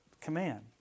Command